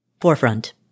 forefront